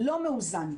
לא מאוזן.